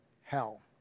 hell